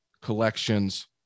collections